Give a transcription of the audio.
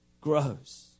grows